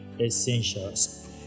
essentials